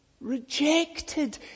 rejected